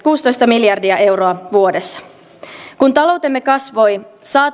miljardia euroa vuodessa kun taloutemme kasvoi saatoimme kehittää koulutusjärjestelmäämme menoja lisäämällä